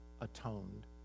atoned